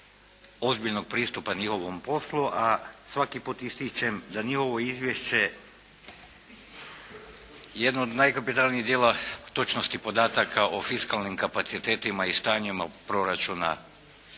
ozbiljnog pristupa i ovom poslu, a svaki puta ističem nije ovo izvješće jedno od … dijela točnosti podataka o fiskalnim kapacitetima i stanjima proračuna,